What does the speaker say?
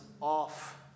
off